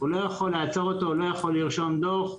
הוא לא יכול לעצור אותו, הוא לא יכול לרשום דוח,